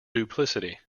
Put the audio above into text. duplicity